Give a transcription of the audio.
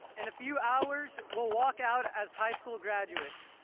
in a few hours we'll walk out as high school graduates.